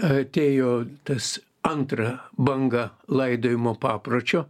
atėjo tas antra banga laidojimo papročio